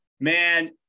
man